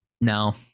No